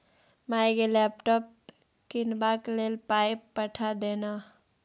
माय गे लैपटॉप कीनबाक लेल पाय पठा दे न